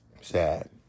Sad